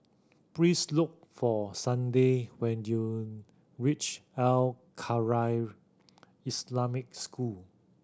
please look for Sunday when you reach Al Khairiah Islamic School